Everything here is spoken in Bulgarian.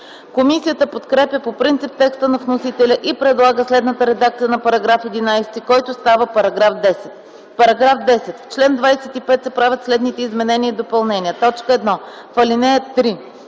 Комисията подкрепя по принцип текста на вносителя и предлага следната редакция на § 11, който става § 10: „§ 10. В чл. 25 се правят следните изменения и допълнения: 1. В ал. 3: